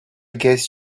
guess